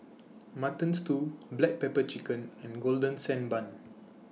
Mutton Stew Black Pepper Chicken and Golden Sand Bun